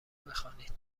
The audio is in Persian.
بخوانید